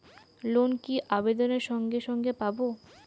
Loan কি আবেদনের সঙ্গে সঙ্গে পাব?